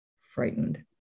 frightened